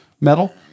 metal